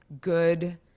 good